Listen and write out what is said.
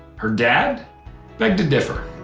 her dad begged to differ.